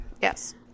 Yes